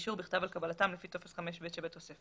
אישור בכתב על קבלתם לפי טופס 5ב שבתוספת".